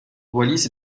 wallis